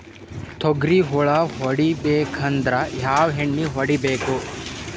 ತೊಗ್ರಿ ಹುಳ ಹೊಡಿಬೇಕಂದ್ರ ಯಾವ್ ಎಣ್ಣಿ ಹೊಡಿಬೇಕು?